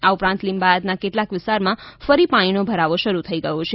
આ ઉપરાંત લિંબાયતના કેટલાક વિસ્તારમાં ફરી પાણીનો ભરાવો શરૃ થઇ ગયો છે